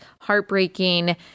heartbreaking